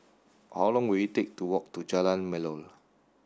how long will it take to walk to Jalan Melor